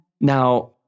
Now